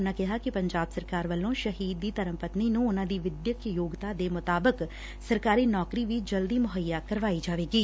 ਉਨੁਾਂ ਕਿਹਾ ਕਿ ਪੰਜਾਬ ਸਰਕਾਰ ਵੱਲੋ ਸ਼ਹੀਦ ਦੀ ਧਰਮ ਪਤਨੀ ਨੂੰ ਉਨੁਾਂ ਦੀ ਵਿਂਦਿਅਕ ਯੋਗਤਾ ਦੇ ਮੁਤਾਬਕ ਸਰਕਾਰੀ ਨੌਕਰੀ ਵੀ ਜਲਦੀ ਮਹੱਈਆ ਕਰਵਾਈ ਜਾਵੇਗੀ